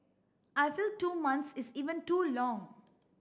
I feel two months is even too long